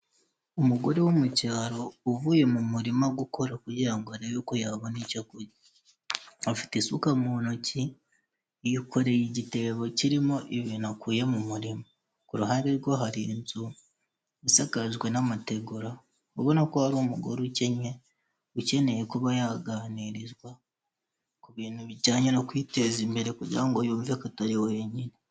Umugore wo mu cyaro uvuye mu murima gukora kugira ngo arebe uko yabona icyo kurya. Afite isuka mu ntoki yikoreye igitebo kirimo ibintu akuye mu murimo ku ruhande rwe hari inzu isakajwe n'amategura ubona ko hari umugore ukennye, ukeneye kuba yaganirizwa ku bintu bijyanye no kwiteza imbere kugira ngo yumve ko atari wenyine.